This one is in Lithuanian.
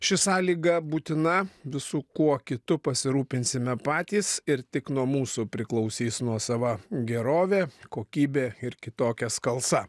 ši sąlyga būtina visu kuo kitu pasirūpinsime patys ir tik nuo mūsų priklausys nuosava gerovė kokybė ir kitokia skalsa